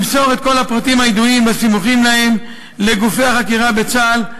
למסור את כל הפרטים הידועים והסימוכין להם לגופי החקירה בצה"ל,